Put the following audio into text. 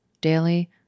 daily